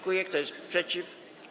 Kto jest przeciw?